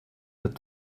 had